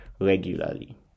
regularly